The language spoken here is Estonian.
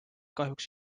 kahjuks